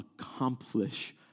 accomplish